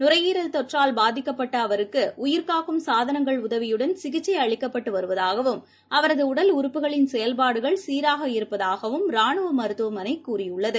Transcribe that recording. நுரையீரல் தொற்றால் பாதிக்கப்பட்டஅவருக்குஉயிர்காக்கும் சாதனங்கள் உதவியுடன் சிகிச்சைஅளிக்கப்பட்டுவருவதாகவும் அவரதுடடல் உறுப்புகளின் செயல்பாடுகள் சீராக இருப்பதாகவும் ராணுவமருத்துவமனைகூறியுள்ளது